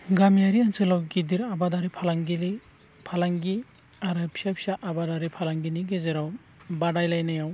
गामियारि ओनसोलाव गिदिर आबादारि फालांगिरि फालांगि आरो फिसा फिसा आबादारि फालांगिनि गेजेराव बादायलायनायाव